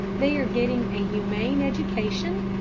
they are getting a humane education,